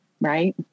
Right